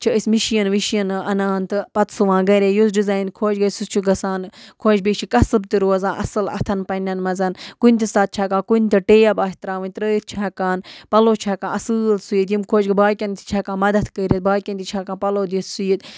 چھِ أسۍ مِشیٖن وِشیٖنہٕ اَنان تہٕ پَتہٕ سُوان گَرے یُس ڈِزایِن خۄش گَژھِ سُہ چھُ گَژھان خۄش بیٚیہِ چھِ کَسٕب تہِ روزان اَصٕل اَتھَن پنٛنٮ۪ن منٛز کُنہِ تہِ ساتہٕ چھِ ہٮ۪کان کُنہِ تہِ ٹیب آسہِ ترٛاوٕنۍ ترٛٲیِتھ چھِ ہٮ۪کان پَلو چھِ ہٮ۪کان اَصۭل سُوِتھ یِم خۄش گٔے باقیَن تہِ چھِ ہٮ۪کان مَدَتھ کٔرِتھ باقیَن تہِ چھِ ہٮ۪کان پَلو دِتھ سُہ یَتھ